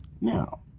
now